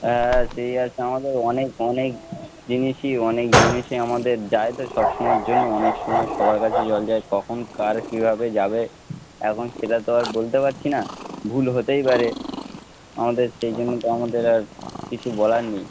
হ্যাঁ সেই আছে আমাদের অনেক অনেক জিনিসই অনেক জিনিসই আমাদের যায় তো সব সময়ের জন্য অনেক সময় সবার কাছে জল যায় কখন কার কীভাবে যাবে এখন সেটা তো আর বলতে পারছি না ভুল হতেই পারে আমাদের সেই জন্য তো আমাদের আর কিছু বলার নেই